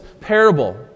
parable